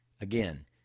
Again